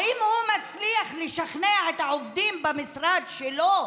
האם הוא מצליח לשכנע את העובדים במשרד שלו